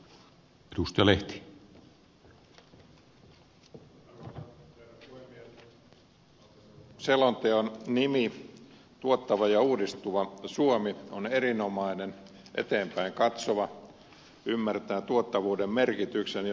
valtioneuvoston selonteon nimi tuottava ja uudistuva suomi on erinomainen eteenpäin katsova ymmärtää tuottavuuden merkityksen jo otsakkeesta